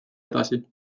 edasi